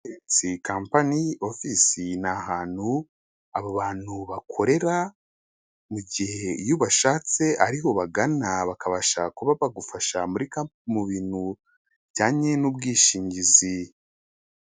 Kampani ofisi ni ahantu abantu bakorera mu gihe iyo ubashatse ariho ubagana bakabasha kuba bagufasha mu bintu bijyanye n'ubwishingizi.